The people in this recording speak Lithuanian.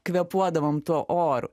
kvėpuodavom tuo oru